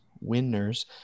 winners